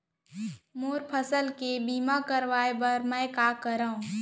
मोर फसल के बीमा करवाये बर में का करंव?